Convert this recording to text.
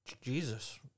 Jesus